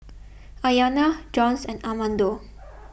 Ayana Jones and Armando